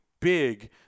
Big